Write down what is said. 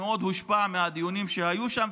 מאוד הושפע מהדיונים שהיו שם,